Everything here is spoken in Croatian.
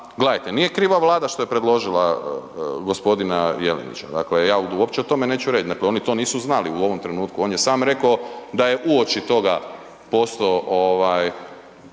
Gledajte, nije kriva Vlada što je predložila g. Jelenića. Dakle, ja uopće o tome neću reći, oni to nisu znali, u ovom trenutku on je sam rekao da je uoči toga postao